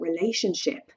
relationship